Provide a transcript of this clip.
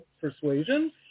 persuasion